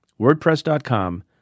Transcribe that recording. wordpress.com